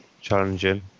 challenging